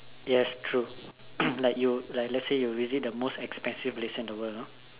yes true like you like like let's say you visit the most expensive place in the world you know